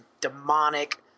demonic